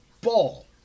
ball